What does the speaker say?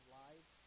life